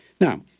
Now